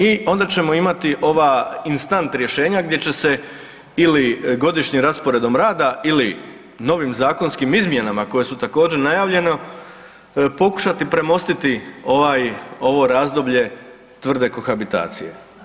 I onda ćemo imati ova instant rješenja gdje će se ili godišnjim rasporedom rada ili novim zakonskim izmjenama koje su također najavljene pokušati premostiti ovo razdoblje tvrde kohabitacije.